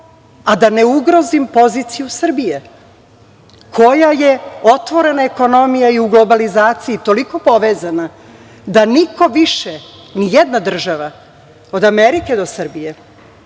a da ne ugrozim poziciju Srbije koja je otvorena ekonomija i u globalizaciji toliko povezana da niko više, ni jedna država, od Amerike do Srbije,